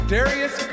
Darius